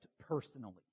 personally